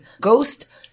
ghost